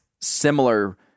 similar